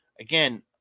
Again